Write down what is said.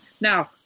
Now